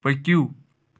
پٔکِو